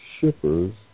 shippers